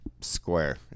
square